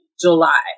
July